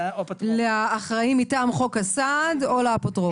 לאחראי מטעם חוק הסעד או לאפוטרופוס.